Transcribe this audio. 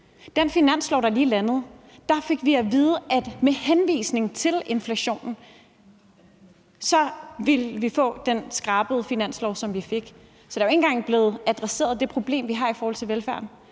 den finanslov, der lige er landet, fik vi at vide, at med henvisning til inflationen ville vi få den skrabede finanslov, som vi fik. Så der er jo ikke engang blevet adresseret det problem, vi har i forhold til velfærden.